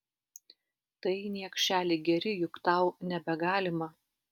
tai niekšeli geri juk tau nebegalima